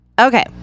Okay